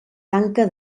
tanca